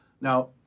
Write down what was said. Now